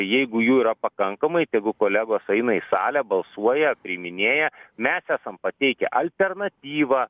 jeigu jų yra pakankamai tegu kolegos eina į salę balsuoja priiminėja mes esam pateikę alternatyvą